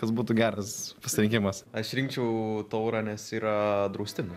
kas būtų geras pasirinkimas aš rinkčiau taurą nes yra draustinu